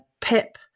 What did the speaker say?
Pip